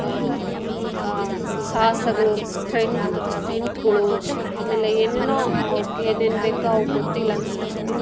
ಅದು ಸಾಹಸಗ್ಳು ಸ್ಟ್ರೆಂಥ್ ಸ್ಟೆಂಟ್ಗಳು ಆಮೇಲೆ ಏನೇನೋ ಅವ್ಕೇನೇನು ಬೇಕೋ ಅವು ಗೊತ್ತಿಲ್ಲ ನನಗಷ್ಟು